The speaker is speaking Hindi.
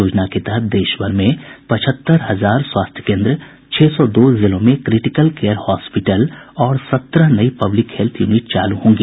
योजना के तहत देशभर में पचहत्तर हजार स्वास्थ्य केन्द्र छह सौ दो जिलों में क्रिटिकल केयर हॉस्पिटल और सत्रह नई पब्लिक हेत्थ यूनिट चालू होंगी